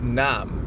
nam